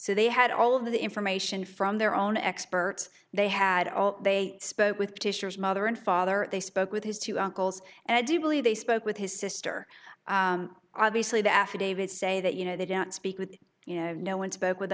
so they had all of the information from their own experts they had all they spoke with fisher's mother and father they spoke with his two uncles and i do believe they spoke with his sister obviously the affidavits say that you know they don't speak with you know no one spoke with